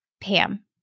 Pam